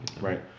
Right